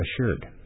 assured